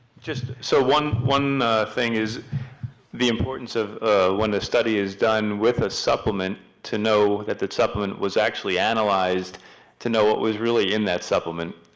just, so one one thing is the importance of when a study is done with a supplement, to know that the supplement was actually analyzed to know what was really in that supplement.